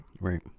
Right